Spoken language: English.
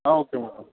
okay madam